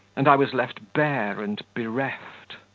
and i was left bare and bereft.